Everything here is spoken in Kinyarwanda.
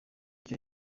icyo